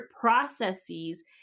processes